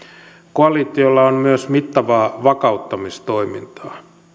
koalitiolla on myös mittavaa vakauttamistoimintaa